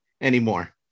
anymore